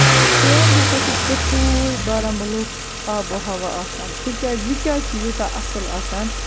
same ہسا چھُ تِتھُے بارہمُلہُک آبو ہوا آسان تِکیازِ یہِ کیازِ چھُ یوتاہ اَصٕل آسان